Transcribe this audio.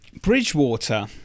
Bridgewater